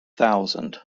thousand